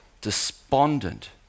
despondent